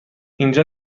اینجا